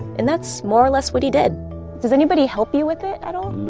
and that's more or less what he did does anybody help you with it at all?